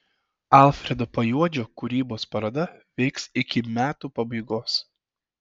alfredo pajuodžio kūrybos paroda veiks iki metų pabaigos